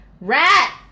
RAT